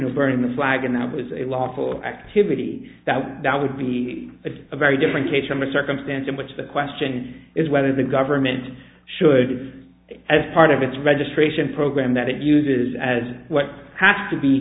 advocate burning the flag and that was a lawful activity that that would be a very different case from a circumstance in which the question is whether the government should as part of its registration program that it uses as what has to be